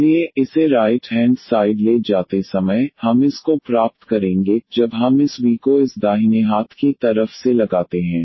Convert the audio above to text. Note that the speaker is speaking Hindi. इसलिए इसे राइट हेंड साइड ले जाते समय हम इस v4 6v2 1v33v को प्राप्त करेंगे जब हम इस v को इस दाहिने हाथ की तरफ से लगाते हैं